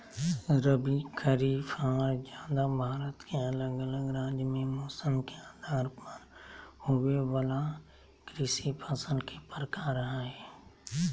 रबी, खरीफ आर जायद भारत के अलग अलग राज्य मे मौसम के आधार पर होवे वला कृषि फसल के प्रकार हय